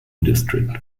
district